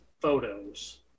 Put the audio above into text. photos